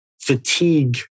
fatigue